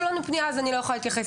לנו פנייה אז אני לא יכולה להתייחס.